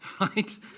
Right